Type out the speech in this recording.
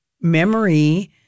memory